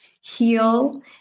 heal